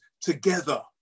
together